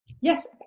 yes